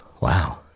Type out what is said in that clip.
Wow